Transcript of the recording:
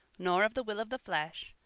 nor of the will of the flesh,